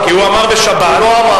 כי הוא אמר בשבת, הוא לא אמר.